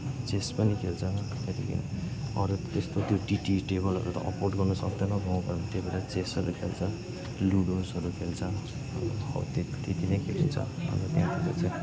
chess पनि खेल्छ त्यहाँदेखि अरू त त्यस्तो त्यो टिटी टेबलहरू त अफोर्ड गर्नु सक्दैन गाउँकोहरूले त्यही भएर चेसहरू खेल्छ लुडोसहरू खेल्छ हो त्यति नै खेलिन्छ